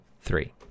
three